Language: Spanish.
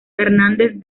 hernández